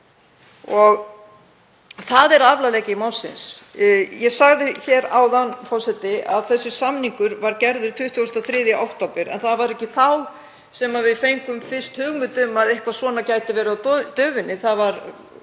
Það er alvarleiki málsins. Ég sagði hér áðan, frú forseti, að þessi samningur var gerður 23. október en það var ekki þá sem við fengum fyrst hugmynd um að eitthvað svona gæti verið á döfinni. Við vissum